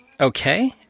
Okay